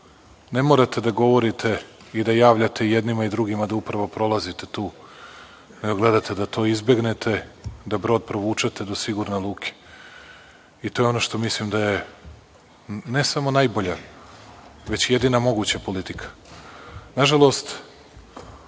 ne morate da govorite i da javljate jednima i drugima da upravo prolazite tu, nego gledate da to izbegnete, da brod provučete do sigurne luke. To je ono što mislim da je ne samo najbolja, već jedina moguća politika. Nažalost,